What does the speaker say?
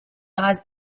eyes